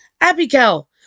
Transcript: Abigail